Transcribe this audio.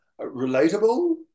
relatable